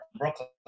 Brooklyn